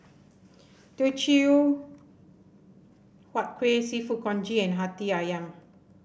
Teochew Huat Kueh seafood Congee and Hati ayam